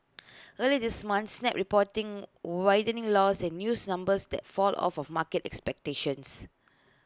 early this month snap reporting widening loss and use numbers that fall of A market expectations